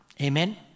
Amen